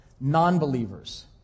non-believers